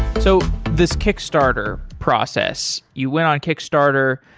so this kickstarter process, you went on kickstarter,